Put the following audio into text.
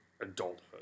adulthood